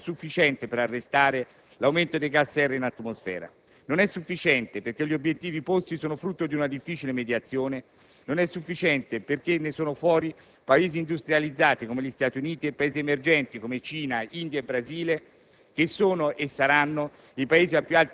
anche se deve ritenersi che il Protocollo non sia più sufficiente per arrestare l'aumento dei gas serra in atmosfera. Non è sufficiente perché gli obiettivi posti sono frutto di una difficile mediazione, non è sufficiente perché ne sono fuori Paesi industrializzati come gli Stati Uniti e Paesi emergenti come Cina, India e Brasile